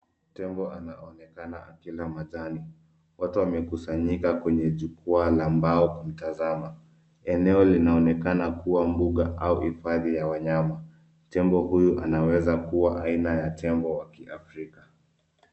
Tembo anaonekana akila majani. Watu wamekusanyika kwenye jukwa la mbao kumtazama. Eneo linaonekana kuwa mbuga au hifadhi ya wanyama. Tembo huyu anaweza kua aina ya tembo wa kiafrika.